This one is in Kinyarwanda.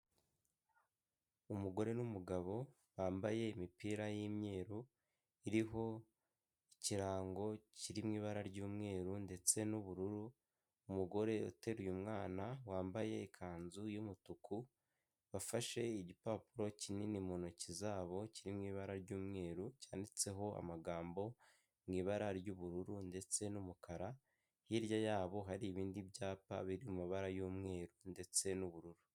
Umugore n'umugabo bambaye imipira y'imyeru, iriho ikirango kiri mu ibara ry'umweru ndetse n'ubururu, umugore uteruye umwana wambaye ikanzu y'umutuku, bafashe igipapuro kinini mu ntoki zabo kiri mu ibara ry'umweru, cyanditseho amagambo mu ibara ry'ubururu ndetse n'umukara, hirya yabo hari ibindi byapa biri mu mabara y'umweru ndetse n'ubururu.